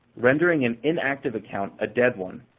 rendering an inactive account a dead one.